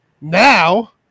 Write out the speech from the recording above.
Now